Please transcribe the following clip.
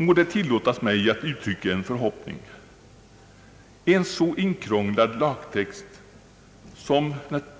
Må det tillåtas mig att uttrycka en förhoppning: en så inkrånglad lagtext